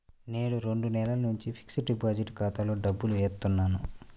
నేను రెండు నెలల నుంచి ఫిక్స్డ్ డిపాజిట్ ఖాతాలో డబ్బులు ఏత్తన్నాను